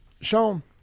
Sean